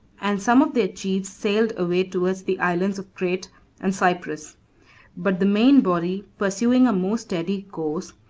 and some of their chiefs sailed away towards the islands of crete and cyprus but the main body, pursuing a more steady course,